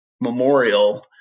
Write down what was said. Memorial